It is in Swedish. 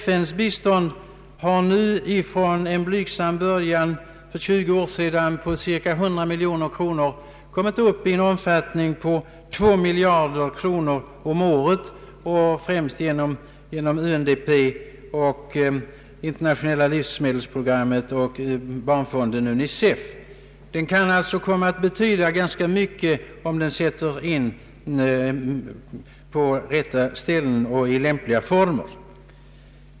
FN:s bistånd har från en blygsam början för 20 år sedan på cirka 100 miljoner kronor nu kommit upp i två miljarder kronor om året, främst genom UNDP, Internationella livsmedelsprogrammet och barnfonden . Biståndet kan alltså komma att betyda ganska mycket om det sättes in på rätta ställen och i lämpliga former.